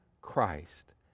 Christ